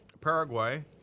Paraguay